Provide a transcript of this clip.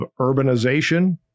urbanization